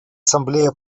ассамблея